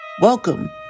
Welcome